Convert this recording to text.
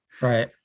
Right